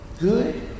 Good